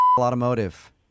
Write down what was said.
Automotive